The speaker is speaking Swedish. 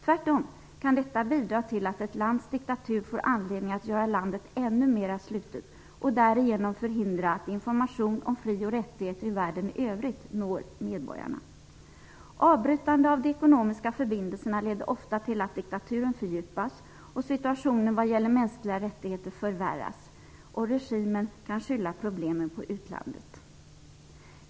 Tvärtom kan detta bidra till att ett lands diktatur får anledning att göra landet ännu mera slutet och därigenom förhindra att information om fri och rättigheter i världen i övrigt når medborgarna. Avbrytande av de ekonomiska förbindelserna leder ofta till att diktaturen fördjupas och situationen vad gäller mänskliga rättigheter förvärras. Regimen kan skylla problemen på utlandet.